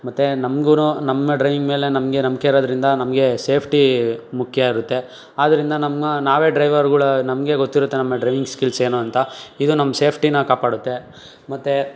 ಮತ್ತೆ ನಮ್ಗು ನಮ್ಮ ಡ್ರೈವಿಂಗ್ ಮೇಲೆ ನಮಗೆ ನಂಬಿಕೆ ಇರೋದ್ರಿಂದ ನಮಗೆ ಸೇಫ್ಟಿ ಮುಖ್ಯ ಇರತ್ತೆ ಆದ್ದರಿಂದ ನಮ್ಮ ನಾವೇ ಡ್ರೈವರ್ಗಳು ನಮಗೇ ಗೊತ್ತಿರುತ್ತೆ ನಮ್ಮ ಡ್ರೈವಿಂಗ್ ಸ್ಕಿಲ್ಸ್ ಏನು ಅಂತ ಇದು ನಮ್ಮ ಸೇಫ್ಟಿನ ಕಾಪಾಡುತ್ತೆ ಮತ್ತೆ